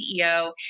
CEO